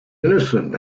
innocent